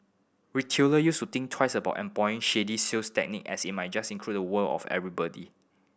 retailer use to think twice about employ shady tactic as it might just incur the wrath of everybody